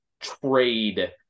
trade